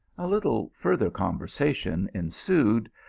a little further conversation ensued,